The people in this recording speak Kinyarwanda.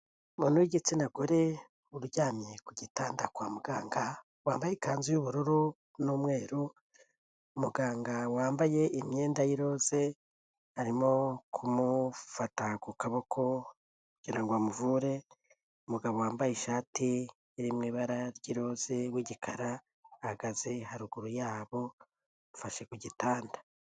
Umuntu w'igitsina gore uryamye ku gitanda kwa muganga, wambaye ikanzu y'ubururu n'umweru, muganga wambaye imyenda y'iroze arimo kumufata ku kaboko kugira ngo amuvure, umugabo wambaye ishati iri mu ibara ry'iroze w'igikara ahagaze haruguru yabo afashe ku gitanda.